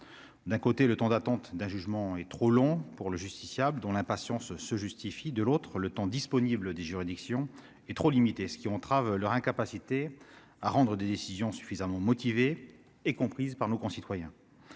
D'un côté, le temps d'attente d'un jugement est trop long pour le justiciable, dont l'impatience se justifie ; de l'autre, le temps disponible pour les juridictions est trop limité, ce qui entrave leur capacité à rendre des décisions suffisamment motivées et comprises par nos concitoyens.